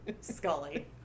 Scully